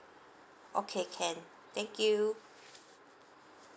okay can thank you